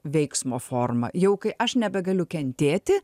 veiksmo forma jau kai aš nebegaliu kentėti